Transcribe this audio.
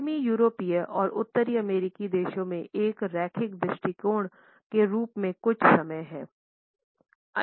पश्चिमी यूरोपीय और उत्तरी अमेरिकी देशों में एक रैखिक दृष्टि के रूप में कुछ समय हैं